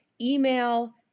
email